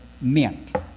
meant